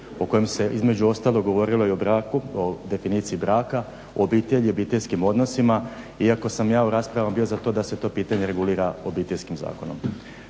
o kojem se između ostalog govorilo i o braku o definiciji braka, obitelji, obiteljskim odnosima iako sam ja u raspravama bio za to da se to pitanje regulira Obiteljskim zakonom.